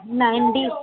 न ईंदी